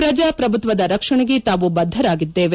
ಪ್ರಜಾಪ್ರಭುತ್ವದ ರಕ್ಷಣೆಗೆ ತಾವು ಬದ್ದರಾಗಿದ್ದೇವೆ